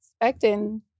expecting